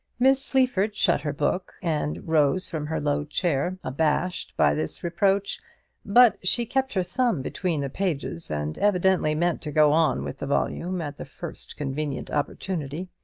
miss sleaford shut her book and rose from her low chair, abashed by this reproach but she kept her thumb between the pages, and evidently meant to go on with the volume at the first convenient opportunity.